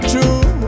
True